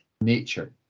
nature